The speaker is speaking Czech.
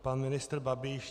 Pan ministr Babiš...